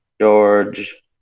George